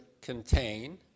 contain